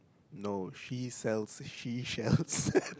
no she sells sea shells